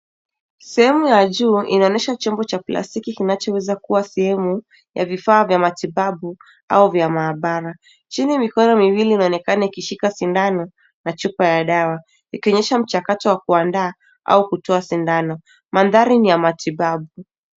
Sehemu ya juu inaonyesha chombo cha plastiki kinachoweza kuwa sehemu ya vifaa vya matibabu au vya maabara. Chini mikono miwili inaonekana ikishika sindano na chupa ya dawa ikonyesha mchakato wa kuandaa au kutoa sindano. Mandhari ni ya matibabu.